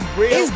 real